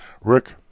Rick